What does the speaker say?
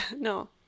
No